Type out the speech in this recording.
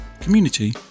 community